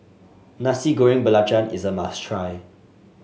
Nasi Goreng Belacan is a must try